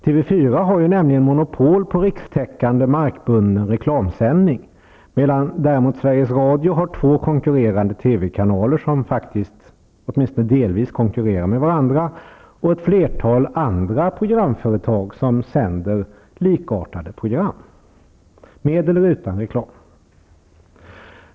TV 4 har ju nämligen monopol på rikstäckande markbunden reklamsändning, medan däremot Sveriges Radio har två konkurrerande TV-kanaler, som faktiskt åtminstone delvis konkurrerar med varandra, och ett flertal andra programföretag som sänder likartade program med eller utan reklam.